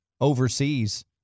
overseas